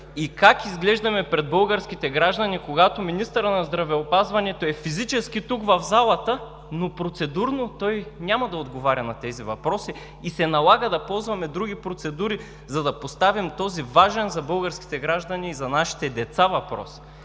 Как изглеждаме пред българските граждани, когато министърът на здравеопазването е физически тук в залата, но процедурно той няма да отговаря на тези въпроси и се налага да ползваме други процедури, за да поставим този важен за българските граждани и за нашите деца въпрос?